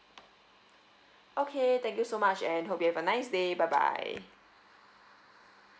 okay thank you so much and hope you have a nice day bye bye